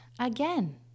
again